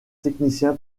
technicien